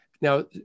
Now